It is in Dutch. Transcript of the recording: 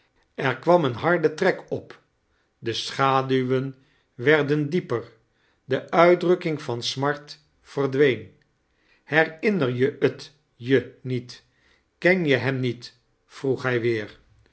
er kwam een harde trek op de schaduwen werden dieper de uitdrukking van smart verdween herinner je t je niet ken je hem niet vroeg hij weer